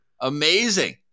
Amazing